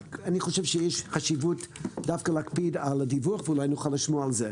רק אני חושב שיש חשיבות להקפיד על הדיווח ואולי נוכל לשמוע על זה.